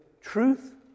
truth